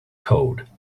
code